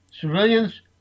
civilians